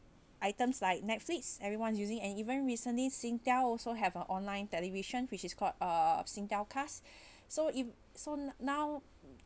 items like netflix everyone using and even recently singtel also have a online television which is called uh singtel cast so if so now